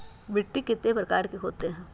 मिट्टी कितने प्रकार के होते हैं?